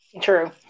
True